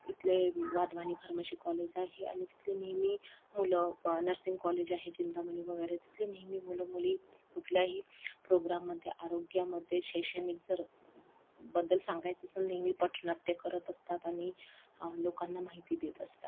इथले Wadhwani pharmacy college आहे आणि तिथले नेहमी मुलं नर्सिंग कॉलेज आहे चिंतामणी वगैरे तिथली नेहमी मुलंमुली कुठल्याही प्रोग्रामध्ये आरोग्यामध्ये शैक्षणिक जर बद्दल सांगायचं असं नेहमी पथनाट्य करत असतात आणि लोकांना माहिती देत असतात